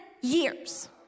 years